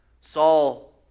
Saul